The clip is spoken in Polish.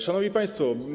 Szanowni Państwo!